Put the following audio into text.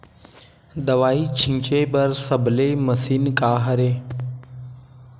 दवाई छिंचे बर सबले मशीन का हरे?